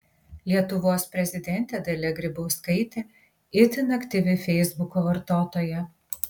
lietuvos prezidentė dalia grybauskaitė itin aktyvi feisbuko vartotoja